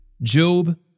Job